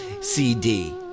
CD